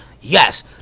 Yes